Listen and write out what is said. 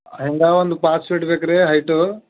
ಹೆಂಗೆ ಒಂದು ಪಾಚ್ ಫೀಟ್ ಬೇಕು ರೀ ಹೈಟು